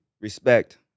respect